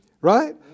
Right